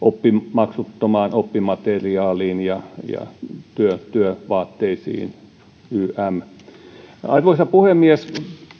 maksuttomiin oppimateriaaleihin ja ja työvaatteisiin arvoisa puhemies